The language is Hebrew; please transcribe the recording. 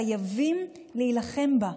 חייבים להילחם בה.